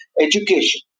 education